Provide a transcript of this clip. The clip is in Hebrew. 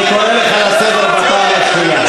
אני קורא אותך לסדר בפעם השנייה.